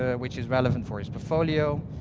ah which is relevant for his portfolio.